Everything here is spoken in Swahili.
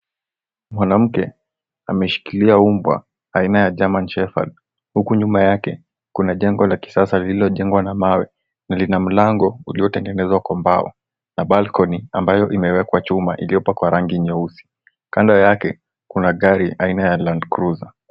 Mwanamke ameshikilia mbwa aina ya, Germany shepherd, huku nyuma yake kuna jengo la kisasa lililojengwa na mawe na lina mlango uliotengenezwa kwa mbao na balcony ambayo imewekwa chuma iliyopakwa rangi nyeusi. Kando yake, kuna gari aina ya, landcruiser.